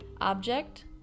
object